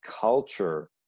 culture